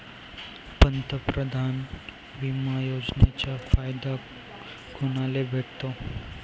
पंतप्रधान बिमा योजनेचा फायदा कुनाले भेटतो?